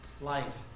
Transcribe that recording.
life